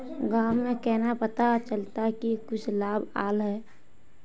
गाँव में केना पता चलता की कुछ लाभ आल है?